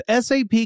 sap